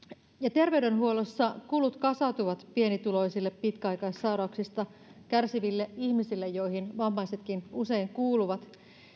terveydenhuollossa kulut kasautuvat pienituloisille pitkäaikaissairauksista kärsiville ihmisille joihin vammaisetkin usein kuuluvat